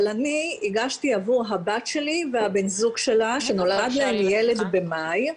אבל אני הגשתי עבור הבת שלי והבן זוג שלה שנולד להם ילד במאי,